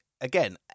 again